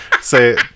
say